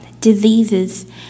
diseases